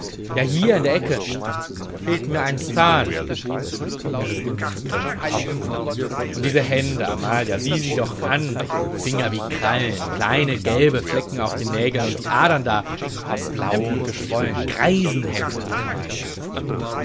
ja hier in der ecke fehlt mir ein zahn er riß den mund grinsend auf und diese hände amalia sieh sie doch an finger wie krallen kleine gelbe flecken auf den nägeln und die adern da blau und geschwollen greisenhände amalia